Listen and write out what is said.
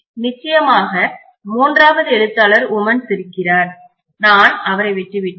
நிச்சயமாக மூன்றாவது எழுத்தாளர் உமன்ஸ் இருக்கிறார் நான் அவரை விட்டுவிட்டேன்